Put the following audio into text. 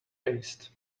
paste